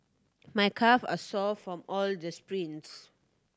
my calve are sore from all the sprints